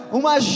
uma